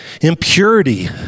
impurity